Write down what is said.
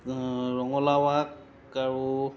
ৰঙালাও আগ আৰু